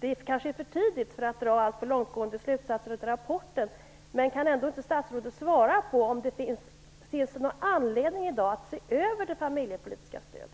Det kanske är för tidigt att dra alltför långtgående slutsatser av rapporten. Men kan inte statsrådet ändå svara på om det i dag finns någon anledning att se över det familjepolitiska stödet?